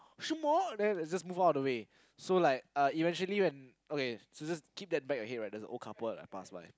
什么 and then just move out of the way so like eventually when so just keep that back of your head right that's an old couple like pass by